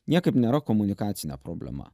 niekaip nėra komunikacinė problema